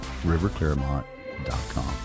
riverclaremont.com